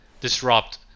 disrupt